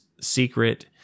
Secret